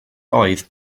oedd